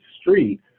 street